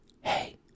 Hey